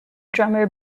drummer